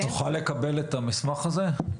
נוכל לקבל את המסמך הזה?